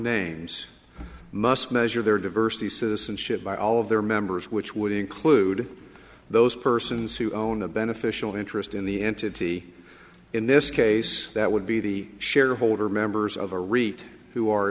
names must measure their diversity citizenship by all of their members which would include those persons who own a beneficial interest in the entity in this case that would be the shareholder members of a repeat who are